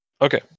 Okay